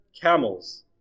camels